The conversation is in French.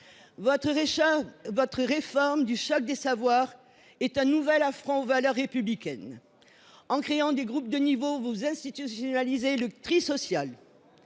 Votre réforme du « choc des savoirs » est un nouvel affront aux valeurs républicaines. En créant des groupes de niveau, vous institutionnalisez le tri social.